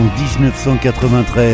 1993